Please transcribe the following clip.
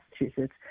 Massachusetts